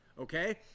okay